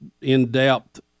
in-depth